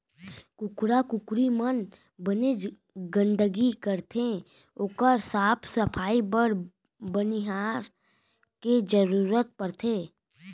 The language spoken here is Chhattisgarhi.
कुकरा कुकरी मन बनेच गंदगी करथे ओकर साफ सफई बर बनिहार के जरूरत परथे